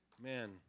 Man